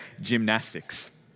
Gymnastics